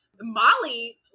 Molly